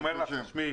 שוב,